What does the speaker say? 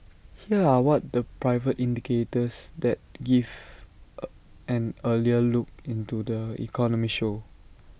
here are what the private indicators that give A an earlier look into the economy show